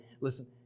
Listen